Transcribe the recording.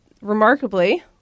remarkably